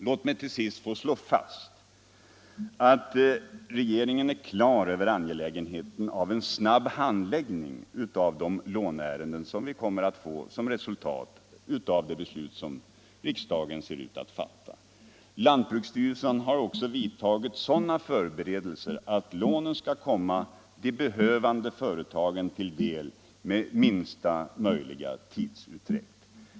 Låt mig till sist få slå fast att regeringen är klar över angelägenheten av en snabb behandling av de låneärenden som vi kommer att få som resultat av regeringens förslag till riksdagen. Lantbruksstyrelsen har också vidtagit sådana förberedelser att lånen skall komma de behövande företagen till del med minsta möjliga tidsutdräkt.